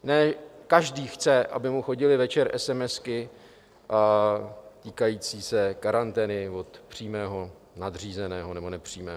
Ne každý chce, aby mu chodily večer esemesky týkající se karantény od přímého nadřízeného, nebo nepřímého.